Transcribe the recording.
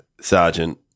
Sergeant